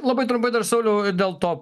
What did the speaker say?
labai trumpai dar sauliau dėl to